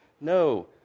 No